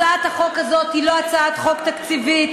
הצעת החוק הזאת היא לא הצעת חוק תקציבית,